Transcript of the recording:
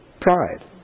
Pride